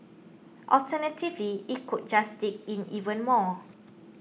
alternatively it could just dig in even more